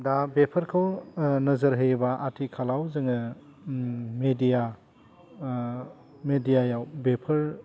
दा बेफोरखौ नोजोर होयोबा आथिखालाव जोङो मेदिया मेदियायाव बेफोर